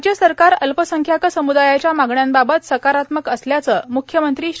राज्य सरकार अल्पसंख्याक सम्रदायाच्या मागण्यांबाबत सकारात्मक असल्याचं मुख्यमंत्री श्री